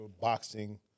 boxing